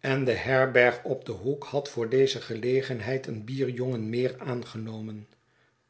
en de herherg op den hoek had voor deze gelegenheid een bierjongen meer aangenomen